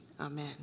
Amen